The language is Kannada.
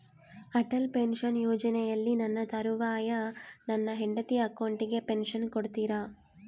ಅಟಲ್ ಪೆನ್ಶನ್ ಯೋಜನೆಯಲ್ಲಿ ನನ್ನ ತರುವಾಯ ನನ್ನ ಹೆಂಡತಿ ಅಕೌಂಟಿಗೆ ಪೆನ್ಶನ್ ಕೊಡ್ತೇರಾ?